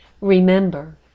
Remember